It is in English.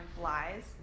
flies